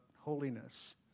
holiness